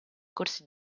corsi